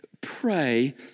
Pray